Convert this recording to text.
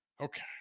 okay